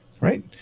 right